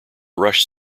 rush